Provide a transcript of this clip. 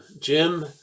Jim